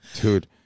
dude